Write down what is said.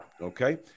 Okay